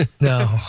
No